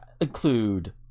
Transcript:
include